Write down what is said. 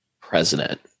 president